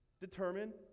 determine